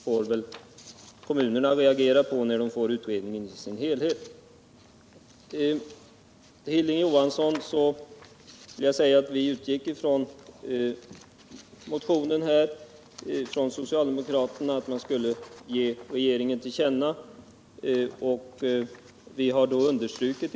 Det blir kommunernas sak att reagera när de får tillfälle att studera betänkandet i dess helhet. Till Hilding Johansson vill jag säga att vi utgick från det socialdemokratiska motionskravet att riksdagen skulle göra ett uttalande till regeringen.